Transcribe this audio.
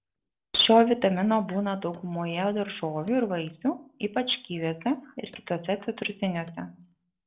šio vitamino būna daugumoje daržovių ir vaisių ypač kiviuose ir kituose citrusiniuose